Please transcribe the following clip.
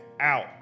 out